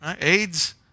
AIDS